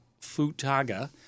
Futaga